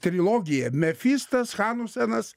trilogija mefistas hanusenas